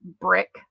brick